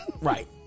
Right